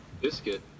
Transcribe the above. biscuit